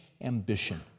ambition